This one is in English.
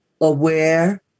aware